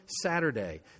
Saturday